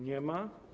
Nie ma.